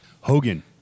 Hogan